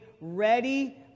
ready